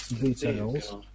details